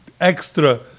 extra